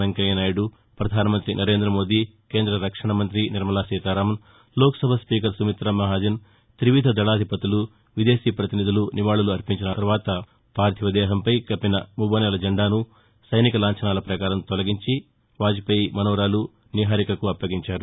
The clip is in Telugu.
వెంకయ్యనాయుడు పధానమంతి నరేందమోదీ కేంద రక్షణమంతి నిర్మలాసీతారామన్ లోక్సభ స్పీకర్ సుమిత్రామహాజన్ తివిధ దళాధిపతులు విదేశీ పతినిధులు నివాళులు అర్పించిన తర్వాత పార్గివదేహంపై కప్పిన మువ్వన్నెల జెండాను సైనిక లాంఛనాల ప్రకారం తొలగించి వాజ్ పేయి మనుమరాలు నీహారికకు అప్పగించారు